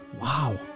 Wow